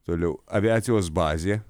toliau aviacijos bazė